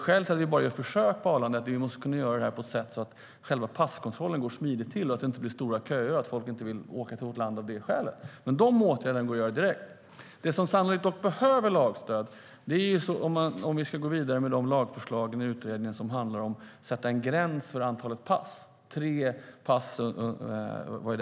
Skälet till att det bara är ett försök på Arlanda är för att vi måste få till det så att passkontrollen går smidigt och att det inte blir stora köer. Annars vill folk kanske inte åka till vårt land. Denna åtgärd går att vidta direkt, men det som sannolikt behöver lagstöd är om vi ska gå vidare med utredningens förslag att sätta en gräns för antalet pass till tre.